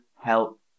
help